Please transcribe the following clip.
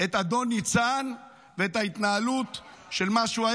את אדון ניצן ואת ההתנהלות של מה שהוא,